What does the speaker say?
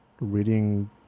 reading